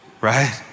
right